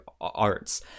arts